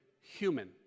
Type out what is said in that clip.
human